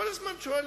כל הזמן אני שומע